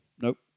nope